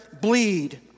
bleed